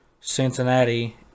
Cincinnati